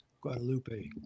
Guadalupe